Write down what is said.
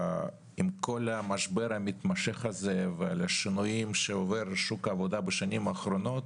עם כל המשבר המתמשך והשינויים שעובר שוק העבודה בשנים האחרונות,